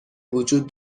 وجود